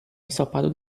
ensopado